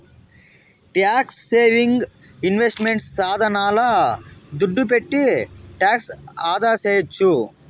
tax saving investment సాధనాల దుడ్డు పెట్టి టాక్స్ ఆదాసేయొచ్చు